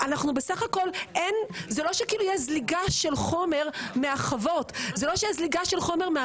זה לא שכאילו יש זליגה של חומר מהחוות או המפעלים,